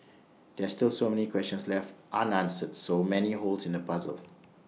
there are still so many questions left so many holes in the puzzle